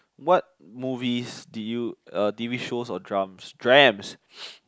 what movies did you uh t_v shows or drums drams